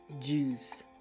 juice